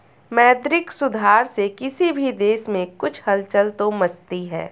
मौद्रिक सुधार से किसी भी देश में कुछ हलचल तो मचती है